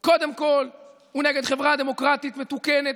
הוא קודם כול נגד חברה דמוקרטית מתוקנת,